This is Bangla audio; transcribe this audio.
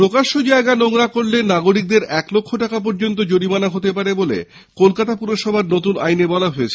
প্রকাশ্য জায়গা নোংরা করলে নাগরিকদের এক লক্ষ টাকা পর্যন্ত জরিমানা হতে পারে বলে কলকাতা পুরসভার নতুন আইনে বলা হয়েছে